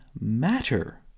matter